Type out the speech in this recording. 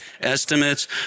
estimates